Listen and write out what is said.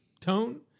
tone